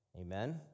amen